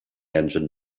engine